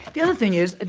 the other thing is,